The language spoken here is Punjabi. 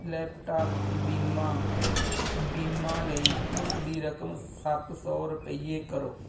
ਲੈਪਟਾਪ ਬੀਮਾ ਬੀਮਾ ਲਈ ਉਸ ਦੀ ਰਕਮ ਸੱਤ ਸੌ ਰੁਪਈਏ ਕਰੋ